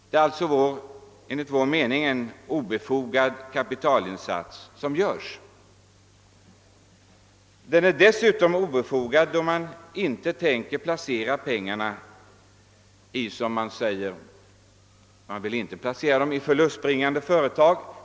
Det är därför enligt vår mening en obefogad kapitalinsats som här görs. Den är dessutom obefogad, om man inte tänker placera pengarna i — som det sägs — förlustbringande företag.